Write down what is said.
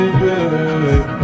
baby